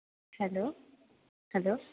hello hello